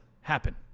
happen